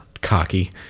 cocky